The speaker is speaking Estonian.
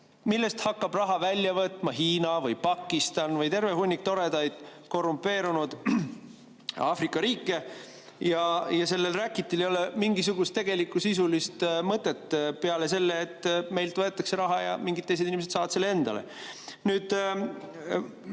millest hakkab raha välja võtma Hiina või Pakistan või terve hunnik toredaid korrumpeerunud Aafrika riike, ja sellel räkitil ei ole mingisugust tegelikku sisulist mõtet peale selle, et meilt võetakse raha ja mingid teised inimesed saavad selle endale.